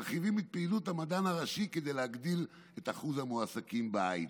מרחיבים את פעילות המדען הראשי כדי להגדיל את אחוז המועסקים בהייטק.